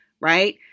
right